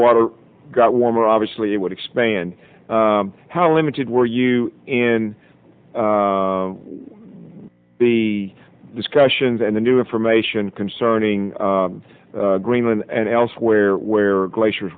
water got warmer obviously it would expand how limited were you in the discussions and the new information concerning greenland and elsewhere where glacier